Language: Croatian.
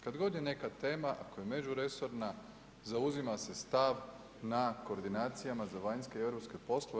Kada god je neka tema, ako je međuresorna zauzima se stav na koordinacijama za vanjske i europske poslove.